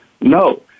No